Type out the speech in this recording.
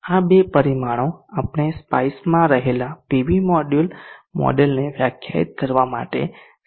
હવે આ બે પરિમાણો આપણે SPICEમાં રહેલા પીવી મોડ્યુલ મોડેલને વ્યાખ્યાયિત કરવા માટે સમર્થ હોવા જોઈએ